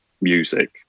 music